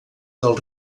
del